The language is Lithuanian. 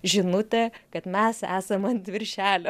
žinutė kad mes esam ant viršelio